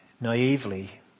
naively